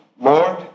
Lord